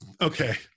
okay